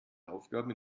aufgaben